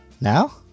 Now